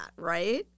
right